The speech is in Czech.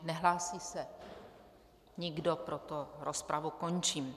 Nehlásí se nikdo, proto rozpravu končím.